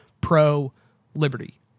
pro-liberty